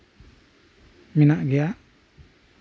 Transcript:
ᱢᱮᱱᱟᱜ ᱜᱮᱭᱟ